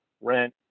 rent